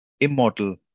immortal